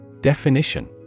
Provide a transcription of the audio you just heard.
Definition